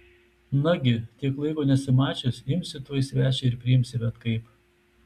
nagi tiek laiko nesimačius imsi tuoj svečią ir priimsi bet kaip